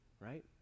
right